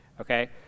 Okay